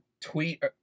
tweet